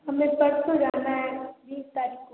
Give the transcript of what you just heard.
हमें परसों जाना है बीस तारीख को